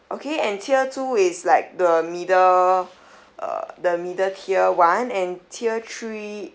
okay and tier two is like the middle uh the middle tier one and tier three